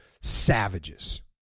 savages